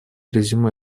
резюме